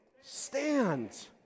Stand